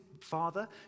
father